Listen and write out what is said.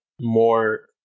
more